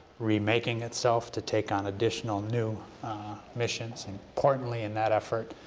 remaking itself to take on additional new missions. importantly in that effort,